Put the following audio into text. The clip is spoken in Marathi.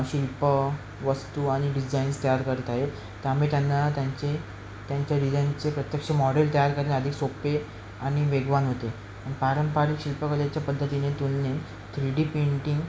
शिल्प वस्तू आणि डिझाईन्स तयार करत आहे त्यामुळे त्यांना त्यांचे त्यांच्या डिझाईनचे प्रत्यक्ष मॉडेल तयार करणे अधिक सोप आणि वेगवान होते आणि पारंपरिक शिल्पकलेच्या पद्धतीने तुलनेत थ्री डी पेंटिंग